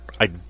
I